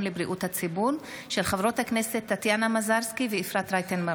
הטוענים לבעלות על אדמות המדינה שבשטח פארק הירדן.